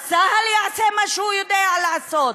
אז צה"ל יעשה מה שהוא יודע לעשות.